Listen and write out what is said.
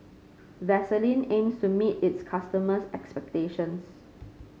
Vaselin aims to meet its customers' expectations